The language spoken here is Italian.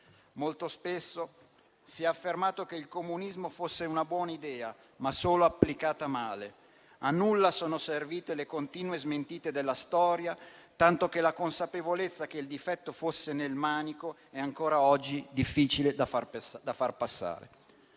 Molto spesso si è affermato che il comunismo fosse una buona idea, ma solo applicata male. A nulla sono servite le continue smentite della storia, tanto che la consapevolezza che il difetto fosse nel manico è ancora oggi difficile da far passare.